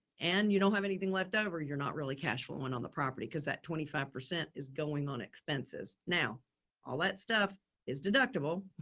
and you don't have anything leftover, you're not really cashflow went on the property cause that twenty five percent is going on expenses. now all that stuff is deductible